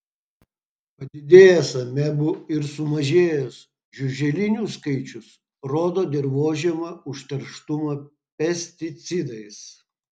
padidėjęs amebų ir sumažėjęs žiuželinių skaičius rodo dirvožemio užterštumą pesticidais